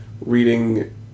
reading